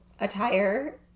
attire